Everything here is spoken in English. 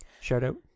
shout-out